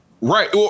Right